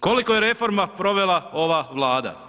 Koliko je reforma provela ova Vlada?